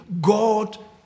God